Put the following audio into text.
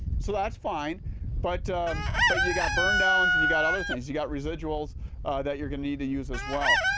so that's fine but but you got burn down, and and you got other things, you got residuals that you are going to need to use as well.